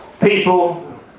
people